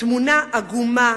תמונה עגומה: